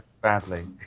badly